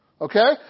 Okay